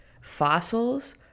fossils